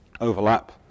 overlap